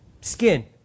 skin